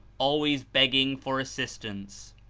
always begging for assistance.